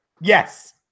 yes